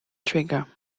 trigger